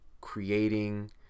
creating